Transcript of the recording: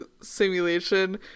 simulation